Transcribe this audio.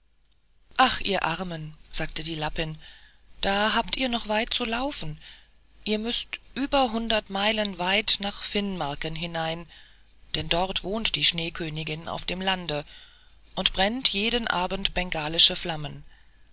ach ihr armen sagte die lappin da habt ihr noch weit zu laufen ihr müßt über hundert meilen weit nach finnmarken hinein denn dort wohnt die schneekönigin auf dem lande und brennt jeden abend bengalische flammen